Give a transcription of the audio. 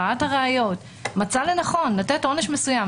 ראה את הראיות ומצא לנכון לתת עונש מסוים.